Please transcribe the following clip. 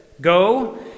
Go